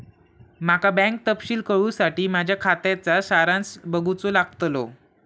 माका बँक तपशील कळूसाठी माझ्या खात्याचा सारांश बघूचो लागतलो